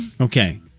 Okay